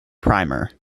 primer